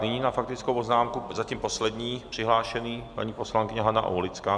Nyní na faktickou poznámku zatím poslední přihlášený paní poslankyně Hana Aulická.